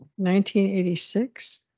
1986